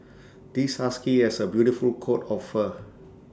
this husky has A beautiful coat of fur